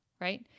right